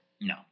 No